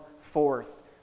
forth